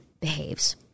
behaves